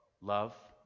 love